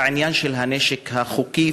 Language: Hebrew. בעניין הנשק החוקי,